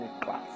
class